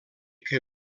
que